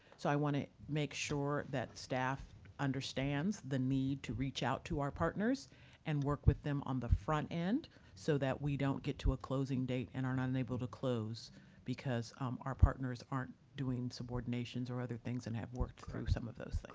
so i want to make sure that staff understands the need to reach out to our partners and work with them on the front end so that we don't get to a closing date and are unable to close because um our partners aren't doing subordinations or other things and have worked through some of those things.